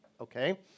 okay